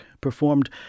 performed